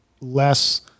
less